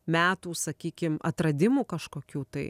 metų sakykim atradimų kažkokių tai